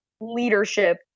leadership